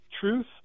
truth